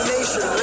Nation